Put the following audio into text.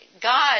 God